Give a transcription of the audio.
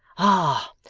ah!